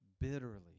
bitterly